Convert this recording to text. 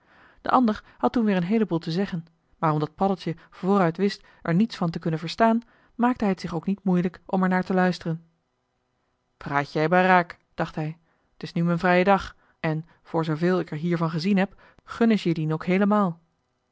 de ander had toen weer een heeleboel te zeggen maar omdat paddeltje vooruit wist er niets van te kunnen verstaan maakte hij het zich ook niet moeilijk om er naar te luisteren praat jij maar raak dacht hij t is nu m'n vrije dag en voor zooveel ik er hier van gezien heb gunnen ze